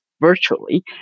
Virtually